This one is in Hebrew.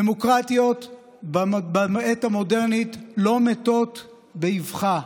דמוקרטיות בעת המודרנית לא מתות באבחה.